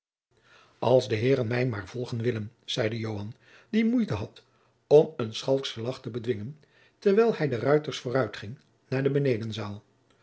als de heeren mij maar volgen willen zeide joan die moeite had om een schalkschen lagch te bedwingen terwijl hij de ruiters vooruitging naar de benedenzaal